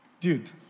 dude